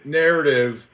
narrative